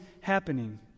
happening